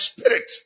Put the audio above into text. Spirit